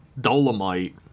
Dolomite